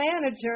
manager